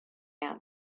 out